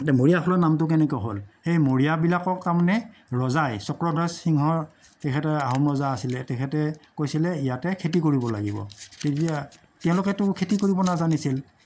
এতিয়া মৰিয়াহোলা নামটো কেনেকে হ'ল সেই মৰিয়াবিলাকক তাৰমানে ৰজাই চক্ৰধ্বজ সিংহ তেখেতে আহোম ৰজা আছিলে তেখেতে কৈছিলে ইয়াতে খেতি কৰিব লাগিব তেতিয়া তেওঁলোকেতো খেতি কৰিব নাজানিছিল